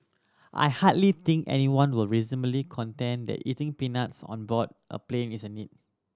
I hardly think anyone would reasonably contend that eating peanuts on board a plane is a need